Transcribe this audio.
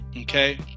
okay